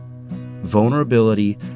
Vulnerability